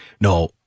No